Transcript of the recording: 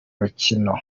rukino